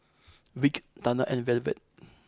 Vic Tana and Velvet